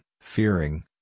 fearing